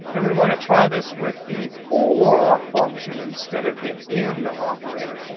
and we want to try this with the or function instead of the in operator.